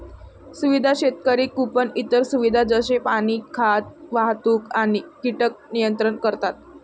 सुविधा शेतकरी कुंपण इतर सुविधा जसे की पाणी, खाद्य, वाहतूक आणि कीटक नियंत्रण करतात